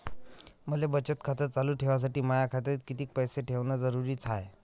मले बचत खातं चालू ठेवासाठी माया खात्यात कितीक पैसे ठेवण जरुरीच हाय?